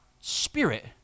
spirit